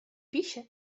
пища